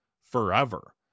forever